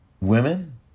women